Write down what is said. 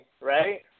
right